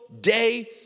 day